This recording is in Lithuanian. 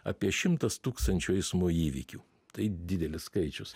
apie šimtas tūkstančių eismo įvykių tai didelis skaičius